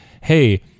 hey